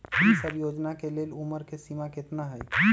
ई सब योजना के लेल उमर के सीमा केतना हई?